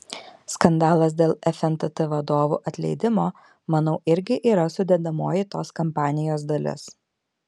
skandalas dėl fntt vadovų atleidimo manau irgi yra sudedamoji tos kampanijos dalis